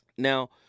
Now